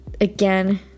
Again